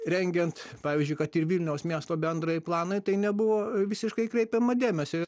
rengiant pavyzdžiui kad ir vilniaus miesto bendrąjį planą į tai nebuvo visiškai kreipiama dėmesio